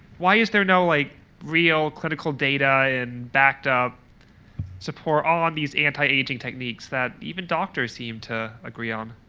why is there no like real clinical data and backed up support all on these anti-aging techniques that even doctors seem to agree on?